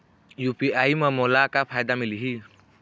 UPI म मोला का फायदा मिलही?